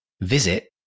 visit